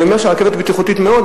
אני אומר שהרכבת בטיחותית מאוד,